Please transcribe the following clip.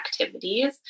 activities